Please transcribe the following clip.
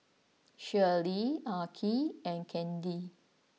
Shirlee Arch and Candi